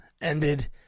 ended